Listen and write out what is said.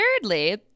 thirdly